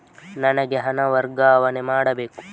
ನನಗೆ ಹಣ ವರ್ಗಾವಣೆ ಮಾಡಬೇಕು